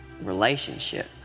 relationship